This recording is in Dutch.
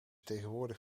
tegenwoordig